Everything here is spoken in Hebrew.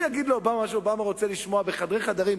הוא יגיד לאובמה מה שאובמה רוצה לשמוע בחדרי חדרים,